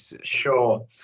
sure